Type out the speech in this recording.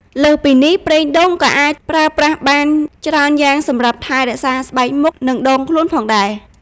លើសពីនេះ ប្រេងដូងក៏អាចប្រើប្រាស់បានច្រើនយ៉ាងសម្រាប់ ថែរក្សាស្បែកមុខ និងដងខ្លួន ផងដែរ។